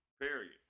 Period